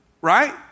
right